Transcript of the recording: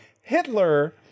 Hitler